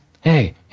hey